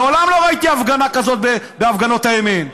מעולם לא ראיתי הפגנה כזאת בהפגנות הימין.